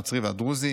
הנוצרי והדרוזי,